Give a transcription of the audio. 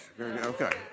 Okay